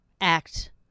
act